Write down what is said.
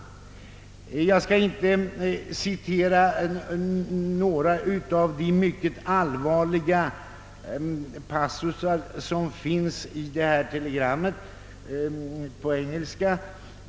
Jag skall inte citera de mycket allvarliga passusar som finns i detta telegram.